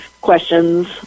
questions